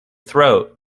throat